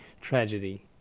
tragedy